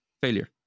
Failure